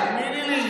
תאמיני לי,